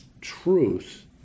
Truth